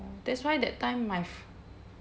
that's why that time my f~